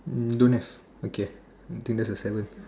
um don't have okay I think that's the seventh